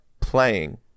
playing